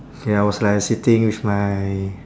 ya I was like sitting with my